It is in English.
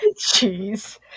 Jeez